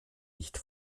nicht